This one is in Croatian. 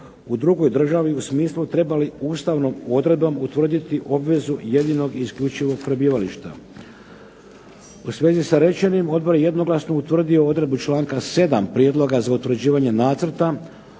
u drugoj državi u smislu treba li ustavnom odredbom utvrditi obvezu jedinog i isključivog prebivališta. U svezi sa rečenim odbor je jednoglasno utvrdio odredbu članka 7. Prijedloga za utvrđivanje nacrta